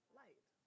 light